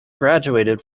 graduated